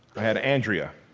had andrea.